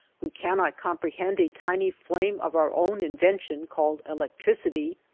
we cannot comprehend a tiny flame of our own invention called electricity,